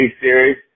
series